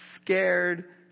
Scared